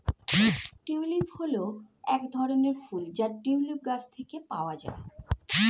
tulip হল এক ধরনের ফুল যা টিউলিপ গাছ থেকে পাওয়া যায়